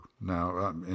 Now